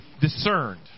discerned